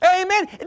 Amen